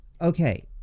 okay